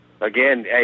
again